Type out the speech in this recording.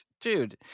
dude